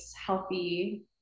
healthy